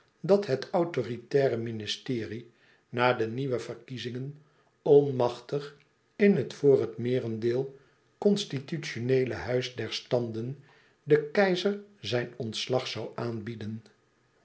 dat het autoritaire ministerie na de nieuwe verkiezingen onmachtig in het voor het meerendeel constitutioneele huis der standen den keizer zijn ontslag zoû bieden